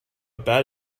bat